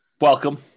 welcome